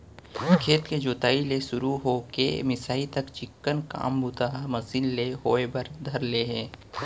खेत के जोताई ले सुरू हो के मिंसाई तक चिक्कन काम बूता ह मसीन ले होय बर धर ले हे